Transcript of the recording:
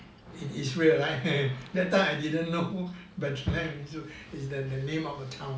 in israel right that time I didn't know is is the the name of the town